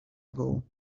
ago